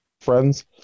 friends